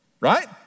right